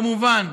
כמובן,